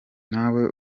nawe